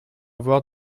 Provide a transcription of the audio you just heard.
avoir